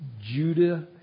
Judah